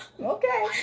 Okay